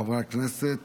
חברי הכנסת,